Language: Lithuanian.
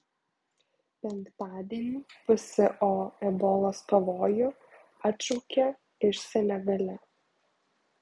penktadienį pso ebolos pavojų atšaukė iš senegale